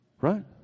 right